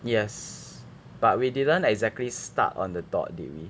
yes but we didn't exactly start on the dot did we